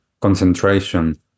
concentration